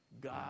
God